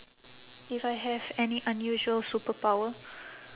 if I have any unusual superpower